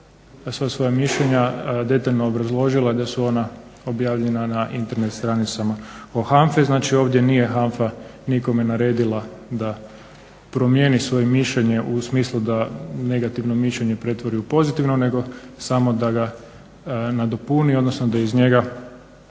sva svoja mišljenja detaljno obrazložila i da su ona objavljena na Internet stranicama o HANFA-i. Znači ovdje nije HANFA nikome naredila da promijeni svoje mišljenje u smislu da negativno mišljenje pretvori u pozitivno, nego samo da ga nadopuni odnosno da iz njega